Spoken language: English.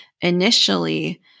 initially